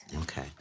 Okay